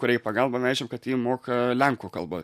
kuriai pagalbą vežėm kad ji moka lenkų kalbą